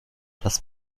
das